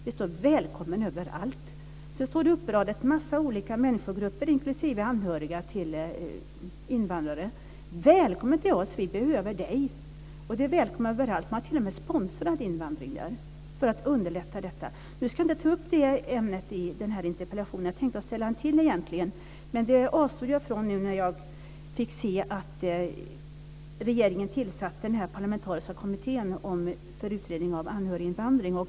Det står välkommen överallt. Så räknas det upp en mängd olika människogrupper inklusive anhöriga till invandrare. Det står: Välkommen till oss! Vi behöver dig! Man har t.o.m. sponsrat invandring till Kanada för att underlätta detta. Nu ska jag inte ta upp det ämnet. Jag hade tänkt att framställa en ytterligare interpellation, men det avstår jag ifrån eftersom regeringen har tillsatt en parlamentarisk kommitté för utredning av anhöriginvandring.